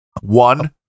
one